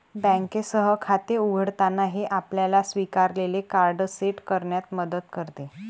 बँकेसह खाते उघडताना, हे आपल्याला स्वीकारलेले कार्ड सेट करण्यात मदत करते